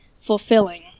fulfilling